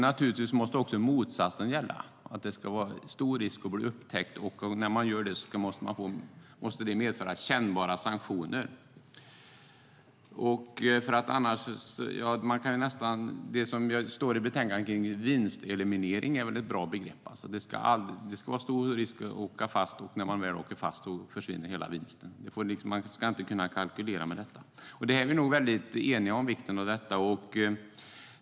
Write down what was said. Naturligtvis måste även motsatsen gälla, att det ska vara stor risk för att bli upptäckt, och när det upptäcks måste det medföra kännbara sanktioner. I betänkandet står det om vinsteleminering, och det är väl ett bra begrepp. Det ska vara stor risk att åka fast, och när man väl gör det ska hela vinsten försvinna. Man ska inte kunna kalkylera med detta. Vi är nog eniga om vikten av vinsteleminering.